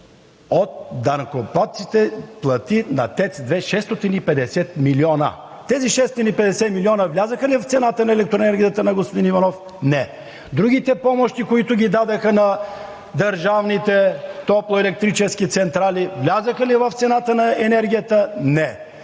от данъкоплатците плати на ТЕЦ 2 – 650 млн. лв. Тези 650 млн. лв. влязоха ли в цената на електроенергията на господни Иванов? Не. Другите помощи, които дадоха на държавните топлоелектрически централи, влязоха ли в цената на енергията? Не.